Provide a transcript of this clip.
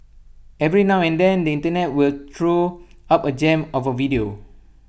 every now and then the Internet will throw up A gem of A video